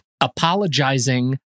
apologizing